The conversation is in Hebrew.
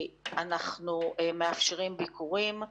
אנחנו מאפשרים ביקורים.